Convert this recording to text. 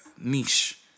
niche